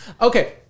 Okay